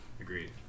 Agreed